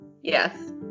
Yes